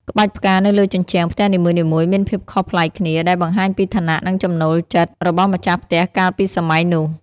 ក្បាច់ផ្កានៅលើជញ្ជាំងផ្ទះនីមួយៗមានភាពខុសប្លែកគ្នា ដែលបង្ហាញពីឋានៈ និងចំណូលចិត្តរបស់ម្ចាស់ផ្ទះកាលពីសម័យនោះ។